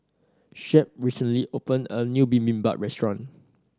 Shep recently opened a new Bibimbap Restaurant